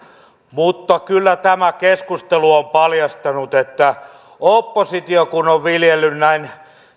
mutta kyllä tämä keskustelu on paljastanut että kun oppositio on viljellyt näin